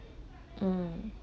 mm